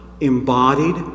embodied